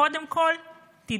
וקודם כול תתביישו.